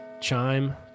chime